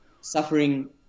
suffering